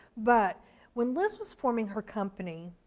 but when liz was forming her company,